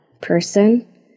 person